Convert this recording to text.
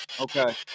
Okay